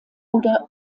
oder